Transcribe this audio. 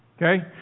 Okay